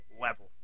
level